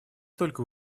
только